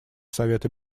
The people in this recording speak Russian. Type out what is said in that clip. совета